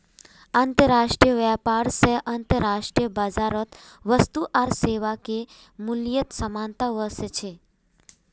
अंतर्राष्ट्रीय व्यापार स अंतर्राष्ट्रीय बाजारत वस्तु आर सेवाके मूल्यत समानता व स छेक